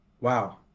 Wow